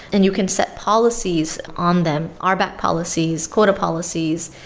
and you can set policies on them, ah rbac policies, quota policies,